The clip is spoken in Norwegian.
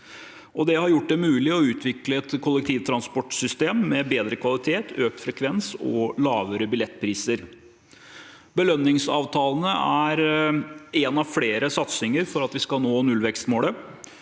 Det har gjort det mulig å utvikle et kollektivtransportsystem med bedre kvalitet, økt frekvens og lavere billettpriser. Belønningsavtalene er en av flere satsinger for at vi skal nå nullvekstmålet.